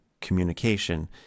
communication